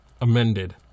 amended